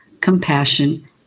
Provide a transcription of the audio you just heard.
compassion